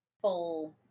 full